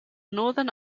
northern